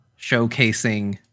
showcasing